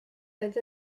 oedd